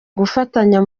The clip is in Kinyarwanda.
gufatanya